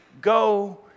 go